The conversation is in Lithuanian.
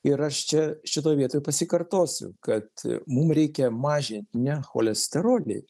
ir aš čia šitoj vietoj pasikartosiu kad mum reikia mažint ne cholesterolį